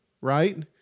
right